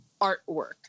artwork